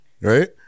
Right